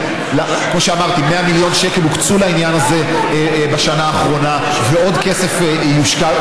ולכן, הנושא הזה הוא לא יישום חוק ולא דאגה לחוק.